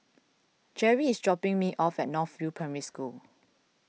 Jerry is dropping me off at North View Primary School